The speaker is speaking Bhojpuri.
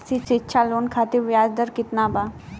शिक्षा लोन खातिर ब्याज दर केतना बा?